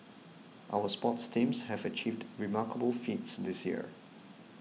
our sports teams have achieved remarkable feats this year